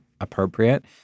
appropriate